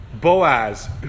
Boaz